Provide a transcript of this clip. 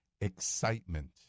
excitement